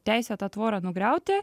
teisę tą tvorą nugriauti